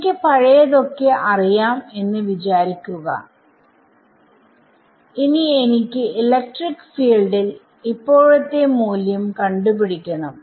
എനിക്ക് പഴയതൊക്കെ അറിയാം എന്ന് വിചാരിക്കുകഇനി എനിക്ക് ഇലക്ട്രിക് ഫീൽഡിൽ ഇപ്പോഴത്തെ മൂല്യം കണ്ട് പിടിക്കണം